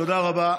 תודה רבה.